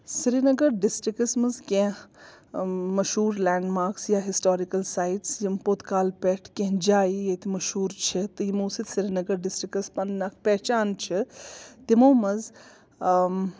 Srinagar districts منٛز کیٚنٛہہ مشہوٗر لینٛڈ مارکٕس یا ہِسٹارِکَل سایٹٕس یِم پوٚت کالہٕ پٮ۪ٹھ کیٚنٛہہ جایہِ ییٚتہِ مشہوٗر چھِ تہٕ یِمو سۭتۍ سرینَگر ڈِسٹِرکَس پَنٕنۍ اَکھ پہچان چھِ تِمو منٛز آ